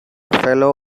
fellow